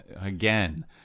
again